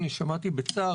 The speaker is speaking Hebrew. אני שמעתי בצער,